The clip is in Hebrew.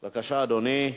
בבקשה, אדוני.